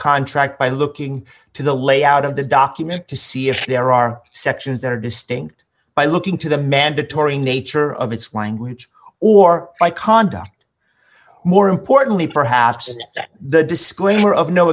contract by looking to the layout of the document to see if there are sections that are distinct by looking to the mandatory nature of its language or by conduct more importantly perhaps the disclaimer of no